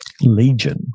legion